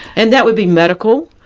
and that would be medical?